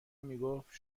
میگفت